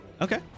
Okay